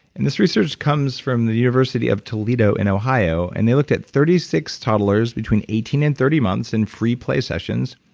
and this research comes from the university of toledo in ohio, and they looked at thirty six toddlers between eighteen and thirty months in free play sessions,